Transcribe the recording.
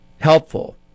helpful